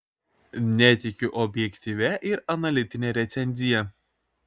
netikiu objektyvia ir analitine recenzija